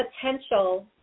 potential